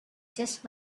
just